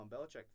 Belichick